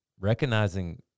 Recognizing